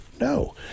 no